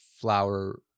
flower